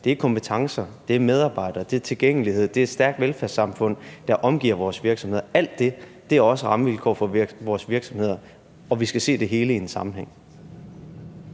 Det er kompetencer, det er medarbejdere, det er tilgængelighed, det er et stærkt velfærdssamfund, der omgiver vores virksomheder. Alt det er også rammevilkår for vores virksomheder, og vi skal se det hele i en sammenhæng.